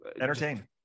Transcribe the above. Entertain